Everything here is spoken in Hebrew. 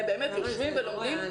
הם באמת יושבים ולומדים,